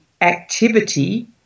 activity